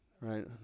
right